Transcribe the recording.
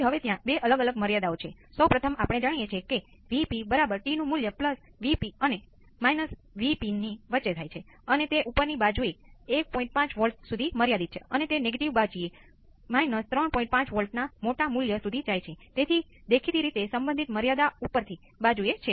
હવે સૌ પ્રથમ કેપેસિટર વોલ્ટેજ હોવા જોઈએ અને આપણે એવું ધારીશું કે આપણો Vs મર્યાદિત છે